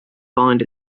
bind